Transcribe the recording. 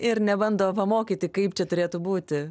ir nebando pamokyti kaip čia turėtų būti